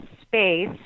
space